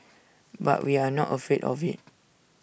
but we are not afraid of IT